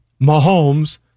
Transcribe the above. Mahomes